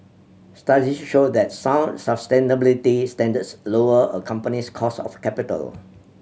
studies show that sound sustainability standards lower a company's cost of capital